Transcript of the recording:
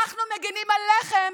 אנחנו מגינים עליכם,